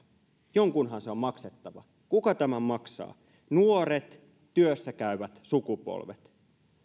jonkunhan se on maksettava kuka tämän maksaa nuoret työssäkäyvät sukupolvet